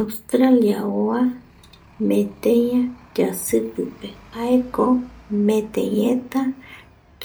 Australia oa meteia yasipipe jaeko metei eta